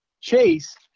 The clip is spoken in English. Chase